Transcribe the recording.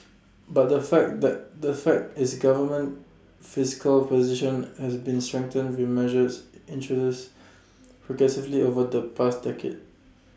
but the fact that the fact is the government's fiscal position has been strengthened with measures introduced progressively over the past decade